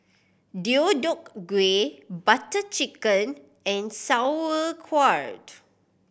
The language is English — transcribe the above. Deodeok Gui Butter Chicken and Sauerkraut